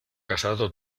casado